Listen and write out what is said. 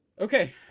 okay